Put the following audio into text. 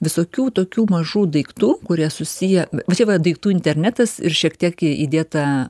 visokių tokių mažų daiktų kurie susiję va čia va daiktų internetas ir šiek tiek įdėta